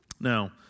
Now